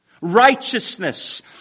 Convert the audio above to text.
righteousness